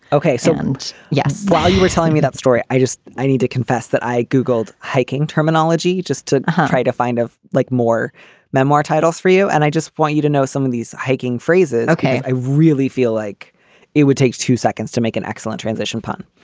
ok so and yes, while you were telling me that story, i just i need to confess that i googled hiking terminology just to try to find a. like more memoir titles for you. and i just want you to know some of these hiking phrases. ok. i really feel like it takes two seconds to make an excellent transition pun.